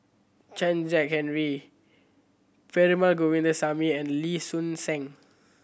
Chen Kezhan Henri Perumal Govindaswamy and Lee Soon Seng